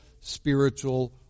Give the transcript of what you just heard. spiritual